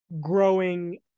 growing